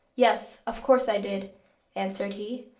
yes, of course i did answered he.